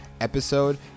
episode